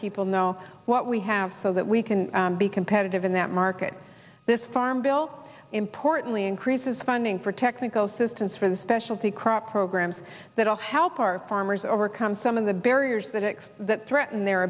people know what we have so that we can be competitive in that market this farm bill importantly increases funding for technical assistance for the specialty crops programs that will help our farmers overcome some of the barriers that expose that threaten their